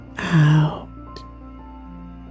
out